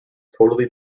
totally